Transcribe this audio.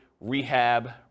rehab